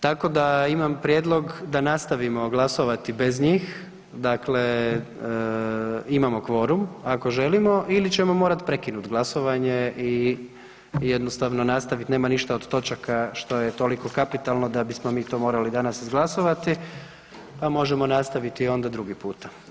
Tako da imam prijedlog da nastavimo glasovati bez njih, dakle imamo kvorum ako želimo ili ćemo morati prekinut glasovanje i jednostavno nastaviti, nema ništa od točaka što je toliko kapitalno da bismo mi to morali danas izglasovati, pa možemo nastaviti onda drugi puta.